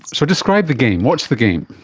so describe the game, what's the game?